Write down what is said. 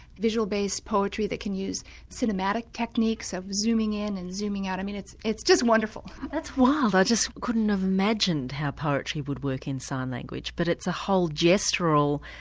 visual based poetry, they can use cinematic techniques of zooming in and zooming out, i mean it's it's just wonderful. that's wild, i couldn't have imagined how poetry would work in sign language, but it's a whole gestural,